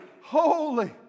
holy